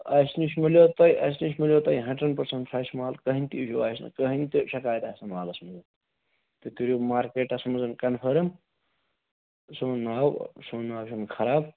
اَسہِ نِش مِلیو تۄہہِ اَسہِ نِش مِلیو تۄہہِ ہنٛڈرنٛڈ پٔرسنٛٹ فرٛٮ۪ش مال کٕہۭنۍ تہِ اِشوٗ آسہ نہٕ کٕہۭنۍ تہِ شکایت آسہ نہٕ مالَس مَنٛز تُہۍ کٔرِو مارکٮ۪ٹَس مَنٛز کنفٲرٕم سون ناو سون ناو چھُنہٕ خراب